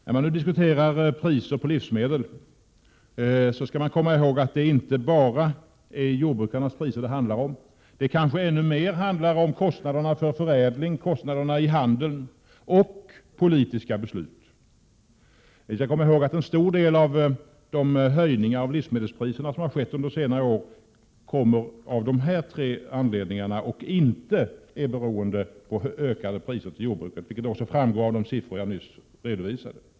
När man diskuterar priserna på livsmedel skall man komma ihåg att det inte bara handlar om jordbrukarnas priser. Det handlar kanske ännu mer om kostnaderna för förädling, kostnaderna i handeln och politiska beslut. Vi skall komma ihåg att en stor del de höjningar av livsmedelspriserna som skett under senare år har uppkommit av dessa tre anledningar och inte är beroende av ökat stöd till jordbruket, vilket också framgår av de siffror som jag nyss redovisade.